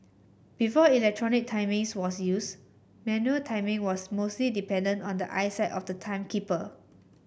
before electronic timings was used manual timing was mostly dependent on the eyesight of the timekeeper